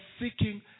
seeking